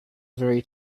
very